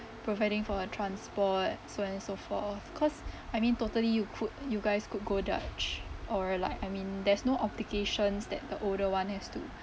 providing for her transport so on so forth cause I mean totally you could you guys could go dutch or like I mean there's no obligations that the older one has to